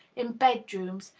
in bedrooms,